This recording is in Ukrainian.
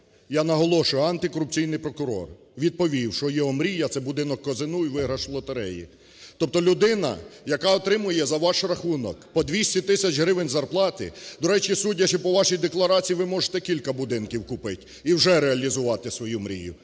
Я наголошую: антикорупційний прокурор відповів, що його мрія це будинок у Козині і виграш в лотереї. Тобто людина, яка отримує за ваш рахунок по 200 тисяч гривень зарплати, до речі, судячи по вашій декларації ви можете декілька будинків купити, і вже реалізувати свою мрію.